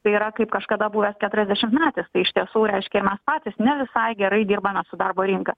tai yra kaip kažkada buvęs keturiasdešimtmetis tai iš tiesų reiškia ir mes patys ne visai gerai dirbame su darbo rinka